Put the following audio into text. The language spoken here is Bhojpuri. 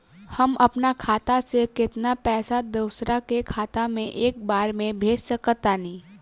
हम अपना खाता से केतना पैसा दोसरा के खाता मे एक बार मे भेज सकत बानी?